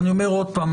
ואני אומר עוד פעם,